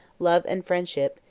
love and friendship,